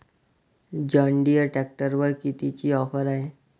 John Deere ट्रॅक्टरवर कितीची offer हाये?